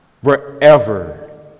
Wherever